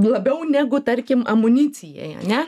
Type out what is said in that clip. labiau negu tarkim amunicijai ane